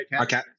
Okay